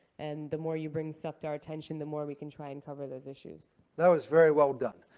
and the more you bring stuff to our attention, the more we can try and cover those issues. that was very well done.